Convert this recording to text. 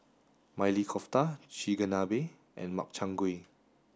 Maili Kofta Chigenabe and Makchang gui